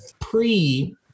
pre